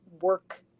work